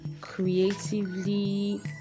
creatively